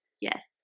Yes